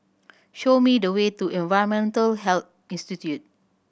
show me the way to Environmental Health Institute